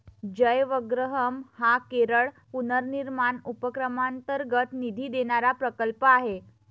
जयवग्रहम हा केरळ पुनर्निर्माण उपक्रमांतर्गत निधी देणारा प्रकल्प आहे